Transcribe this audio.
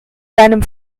seinem